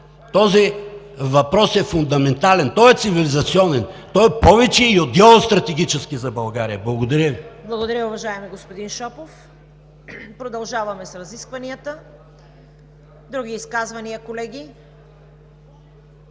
Този въпрос е фундаментален, той е цивилизационен, той е повече и от геостратегически за България. Благодаря Ви. ПРЕДСЕДАТЕЛ ЦВЕТА КАРАЯНЧЕВА: Благодаря, уважаеми господин Шопов. Продължаваме с разискванията. Други изказвания, колеги?